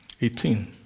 eighteen